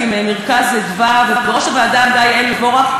"מרכז אדוה" ובראש הוועדה עמדה יעל מבורך,